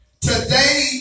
today